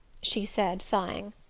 she said sighing.